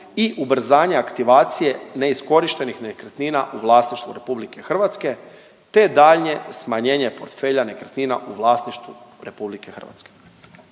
i ubrzanja aktivacije neiskorištenih nekretnina u vlasništvu Republike Hrvatske, te daljnje smanje nje portfelja nekretnina u vlasništvu Republike Hrvatske.